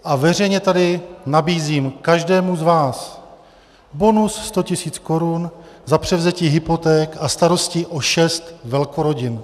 A veřejně tady nabízím každému z vás bonus 100 tisíc korun za převzetí hypoték a starostí o šest velkorodin.